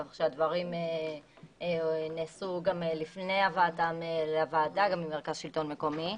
כך שהדברים נעשו גם לפני הוועדה גם במרכז השלטון המקומי,